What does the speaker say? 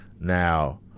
Now